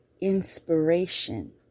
inspiration